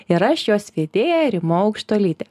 ir aš jos vedėja rima aukštuolytė